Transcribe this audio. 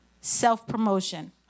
self-promotion